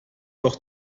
doch